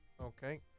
Okay